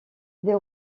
des